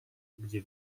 gdzie